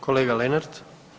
Kolega Lenart.